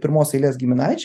pirmos eilės giminaičiai